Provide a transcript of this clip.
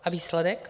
A výsledek?